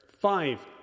Five